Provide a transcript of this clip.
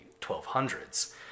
1200s